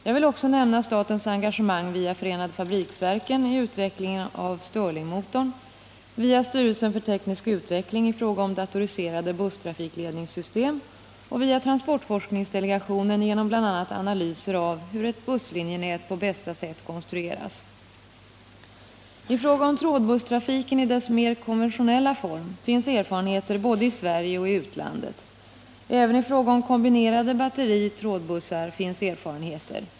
Jag vill också nämna statens engagemang via förenade fabriksverken i utvecklingen av stirlingmotorn, via styrelsen för teknisk utveckling i fråga om datoriserade busstrafikledningssystem och via transportforskningsdelegationen genom bl.a. analyser av hur ett busslinjenät på bästa sätt konstrueras. I fråga om trådbusstrafiken i dess mer konventionella form finns erfarenheter både i Sverige och i utlandet. Även i fråga om kombinerade batteri/ trådbussar finns erfarenheter.